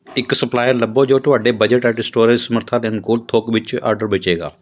ਇੱਕ ਸਪਲਾਇਰ ਲੱਭੋ ਜੋ ਤੁਹਾਡੇ ਬਜਟ ਅਤੇ ਸਟੋਰੇਜ ਸਮਰੱਥਾ ਦੇ ਅਨੁਕੂਲ ਥੋਕ ਵਿੱਚ ਆਰਡਰ ਵੇਚੇਗਾ